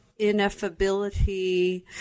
ineffability